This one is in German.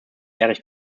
erich